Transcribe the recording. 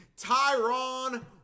Tyron